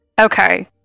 Okay